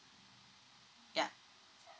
yeah